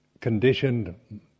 conditioned